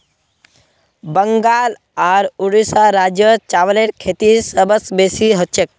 बंगाल आर उड़ीसा राज्यत चावलेर खेती सबस बेसी हछेक